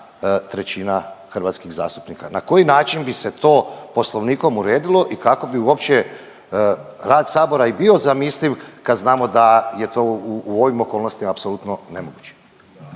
1/3 hrvatskih zastupnika. Na koji način bi se to Poslovnikom uredilo i kako bi uopće rad sabora i bio zamisliv kad znamo da je to u ovim okolnostima apsolutno nemoguće?